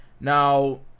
Now